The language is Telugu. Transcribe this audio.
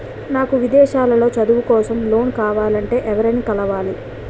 నాకు విదేశాలలో చదువు కోసం లోన్ కావాలంటే ఎవరిని కలవాలి?